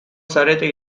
zarete